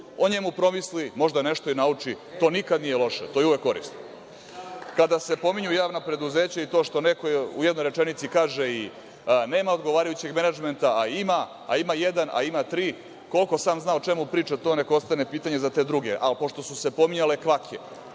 o njemu promisli, možda nešto i nauči. To nikad nije loše. To je uvek korisno. Kada se pominju javna preduzeća i to što neko u jednoj rečenici kaže da nema odgovarajućeg menadžmenta, a ima, ima jedan, ima tri, koliko sam zna o čemu priča, to nek ostane pitanje za te druge. Pošto su se pominjale kvake,